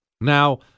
Now